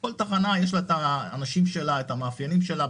לכל תחנה יש את האנשים והמאפיינים שלה.